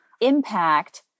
impact